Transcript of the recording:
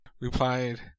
replied